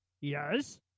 Yes